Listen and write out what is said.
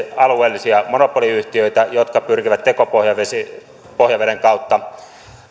alueellisia monopoliyhtiöitä jotka pyrkivät tekopohjaveden kautta